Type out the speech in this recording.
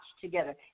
together